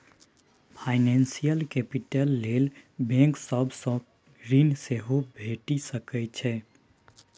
financial capital लेल bank सब सँ ऋण सेहो भेटि सकै छै